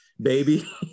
baby